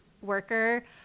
worker